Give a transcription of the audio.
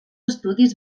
estudis